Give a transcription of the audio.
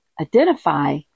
identify